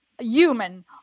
human